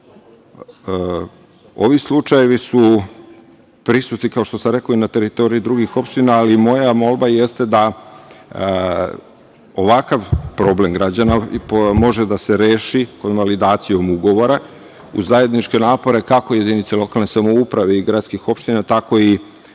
slučajevi su prisutni, kao što sam rekao i na teritoriji drugih opština, ali moja molba jeste da ovakav problem građana može da se reši konvalidacijom ugovora, uz zajedničke napore kako jedinice lokalne samouprave i gradskih opština, tako i